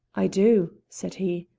i do, said he,